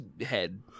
head